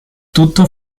tutto